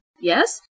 Yes